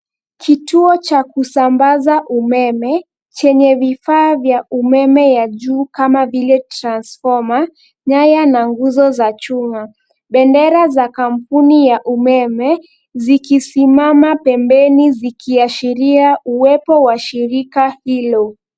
Kituo cha kusambaza umeme chenye vifaa vya umeme ya juu kama vile transformer ,nyaya na nguzo za chuma. Bendera ya kampuni ya umeme zikisimama pembeni zikiashiria uwepo wa shirika hilo.